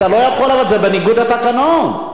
אתה לא יכול, זה בניגוד לתקנון.